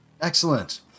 Excellent